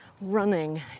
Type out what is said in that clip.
running